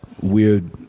weird